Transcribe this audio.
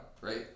right